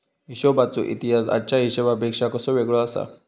हिशोबाचो इतिहास आजच्या हिशेबापेक्षा कसो वेगळो आसा?